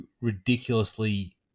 ridiculously